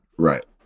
Right